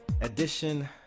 edition